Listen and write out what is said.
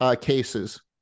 cases